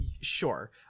sure